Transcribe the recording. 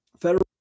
Federal